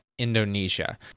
Indonesia